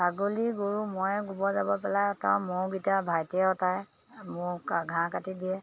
ছাগলী গৰু ময়ে গোবৰ জাবৰ পেলাই অঁ মোৰকিটা ভাইটিয়ে অটাই মোৰ ঘাঁহ কাটি দিয়ে